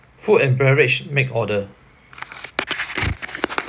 food and beverage make order